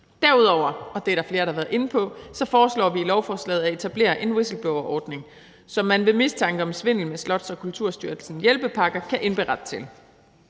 Derudover, og det er der flere der har været inde på, foreslår vi i lovforslaget at etablere en whistleblowerordning, som man ved mistanke om svindel med Slots- og Kulturstyrelsens hjælpepakker kan indberette til.